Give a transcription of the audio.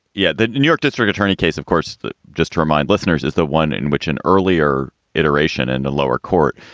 yeah. the new york district attorney case, of course. just to remind listeners, is the one in which an earlier iteration and a lower court,